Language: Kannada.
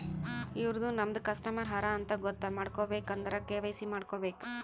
ಇವ್ರು ನಮ್ದೆ ಕಸ್ಟಮರ್ ಹರಾ ಅಂತ್ ಗೊತ್ತ ಮಾಡ್ಕೋಬೇಕ್ ಅಂದುರ್ ಕೆ.ವೈ.ಸಿ ಮಾಡ್ಕೋಬೇಕ್